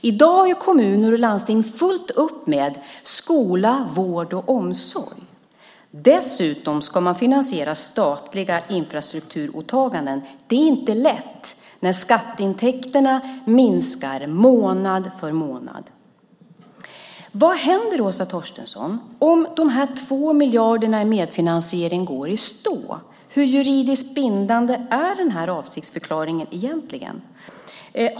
I dag har kommuner och landsting fullt upp med skolan, vården och omsorgen. Dessutom ska de finansiera statliga infrastrukturåtaganden. Det är inte lätt när skatteintäkterna månad efter månad minskar. Vad händer, Åsa Torstensson, om det beträffande de 2 miljarderna i medfinansiering går i stå? Hur juridiskt bindande är egentligen den här avsiktsförklaringen?